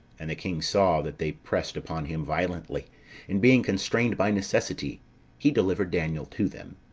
and the king saw that they pressed upon him violently and being constrained by necessity he delivered daniel to them.